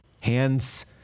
hands